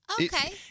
Okay